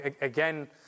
again